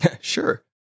Sure